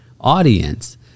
audience